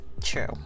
True